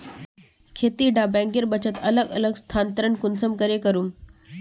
खेती डा बैंकेर बचत अलग अलग स्थानंतरण कुंसम करे करूम?